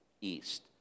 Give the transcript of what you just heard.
east